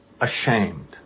ashamed